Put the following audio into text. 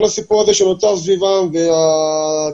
כל הסיפור הזה שנוצר סביבם והתקשורת,